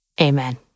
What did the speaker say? Amen